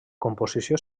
composició